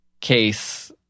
case